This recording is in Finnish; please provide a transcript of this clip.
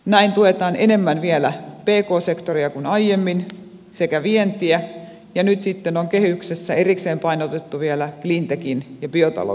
näin tuetaan enemmän vielä pk sektoria kuin aiemmin sekä vientiä ja nyt sitten on kehyksessä erikseen painotettu vielä cleantechin ja biotalouden puolelle